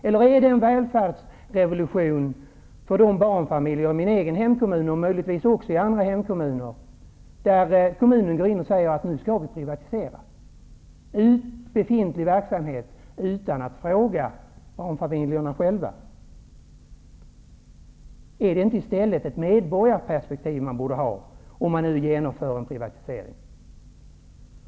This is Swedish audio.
Eller är det en välfärdsrevolution för de barnfamiljer i min egen hemkommun, och möjligtvis för barnfamiljer också i andra kommuner, när kommunen går in och säger att det skall privatiseras i befintlig verksamhet utan att familjerna själva blir tillfrågade? Borde man inte i stället ha ett medborgarperspektiv, om man nu skall genomföra en privatisering?